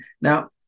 Now